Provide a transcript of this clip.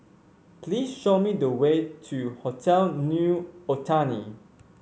please show me the way to Hotel New Otani